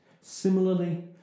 Similarly